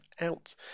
out